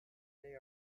they